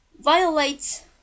violates